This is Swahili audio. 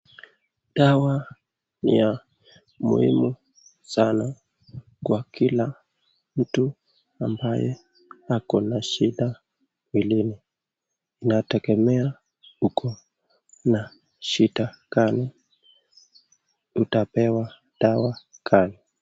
Dawa ya muhimu sana kwa kila mtu ambaye akona shida mwilini, inategemea uko na shida gani utapewa dawa gani.